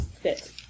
fit